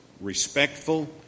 respectful